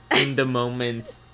in-the-moment